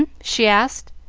she asked,